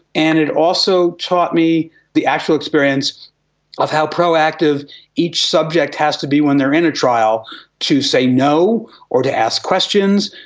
and it also taught me the actual experience of how proactive each subject has to be when they are in a trial to say no or to ask questions,